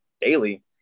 daily